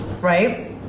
right